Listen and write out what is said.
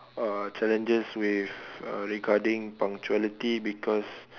uh challenges with uh regarding punctuality because